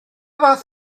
fath